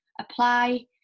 apply